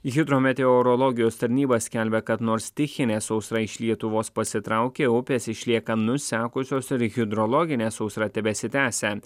hidrometeorologijos tarnyba skelbia kad nors stichinė sausra iš lietuvos pasitraukė upės išlieka nusekusios ir hidrologinė sausra tebesitęsia